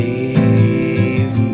Leave